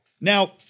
Now